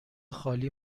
خالی